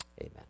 Amen